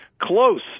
close